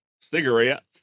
cigarettes